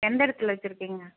எந்த இடத்துல வச்சிருக்கீங்க